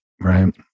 right